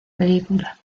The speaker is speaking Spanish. película